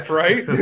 right